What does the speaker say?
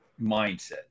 mindset